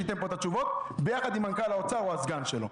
שייתן פה את התשובות ביחד עם מנכ"ל האוצר או הסגן שלו.